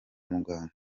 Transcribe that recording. muganga